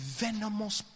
venomous